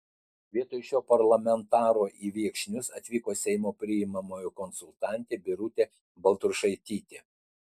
vietoj šio parlamentaro į viekšnius atvyko seimo priimamojo konsultantė birutė baltrušaitytė